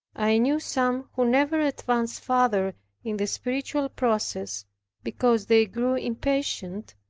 i knew some who never advanced farther in the spiritual process because they grew impatient,